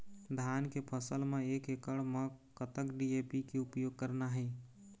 धान के फसल म एक एकड़ म कतक डी.ए.पी के उपयोग करना हे?